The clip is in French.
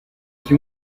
qui